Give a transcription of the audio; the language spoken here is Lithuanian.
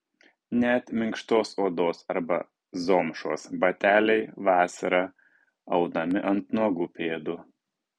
net minkštos odos arba zomšos bateliai vasarą aunami ant nuogų pėdų